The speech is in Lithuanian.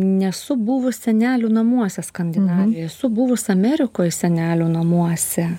nesu buvus senelių namuose skandinavijoj esu buvus amerikoj senelių namuose